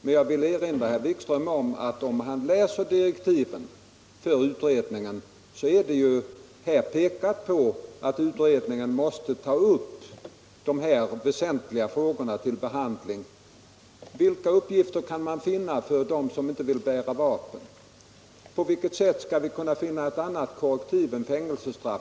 Men jag vill erinra herr Wikström om att han i utredningens direktiv kan läsa att utredningen måste ta upp de här väsentliga frågorna till behandling. Vilka uppgifter kan man finna för dem som inte vill bära vapen? På vilket sätt skall vi kunna finna ett annat korrektiv än fängelsestraffet?